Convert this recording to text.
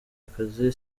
akazi